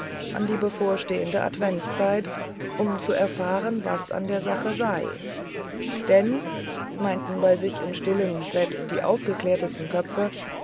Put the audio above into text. an die bevorstehende adventzeit um zu erfahren was an der sache sei denn meinten bei sieh im stillen selbst die aufgeklärtesten köpfe